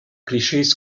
klischees